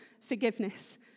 forgiveness